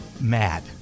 mad